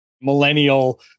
millennial